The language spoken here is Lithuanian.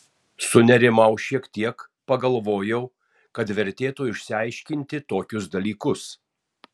sunerimau šiek tiek pagalvojau kad vertėtų išsiaiškinti tokius dalykus